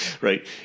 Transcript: right